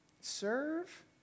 serve